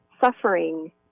suffering